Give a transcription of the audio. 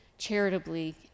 charitably